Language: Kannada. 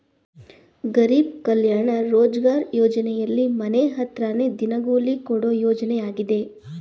ಗರೀಬ್ ಕಲ್ಯಾಣ ರೋಜ್ಗಾರ್ ಯೋಜನೆಲಿ ಮನೆ ಹತ್ರನೇ ದಿನಗೂಲಿ ಕೊಡೋ ಯೋಜನೆಯಾಗಿದೆ